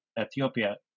Ethiopia